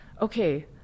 okay